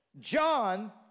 John